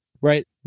right